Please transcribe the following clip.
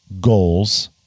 goals